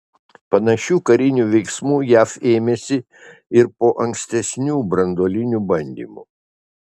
panašių karinių veiksmų jav ėmėsi ir po ankstesnių branduolinių bandymų